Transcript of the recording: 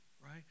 right